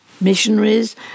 missionaries